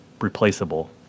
replaceable